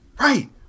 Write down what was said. Right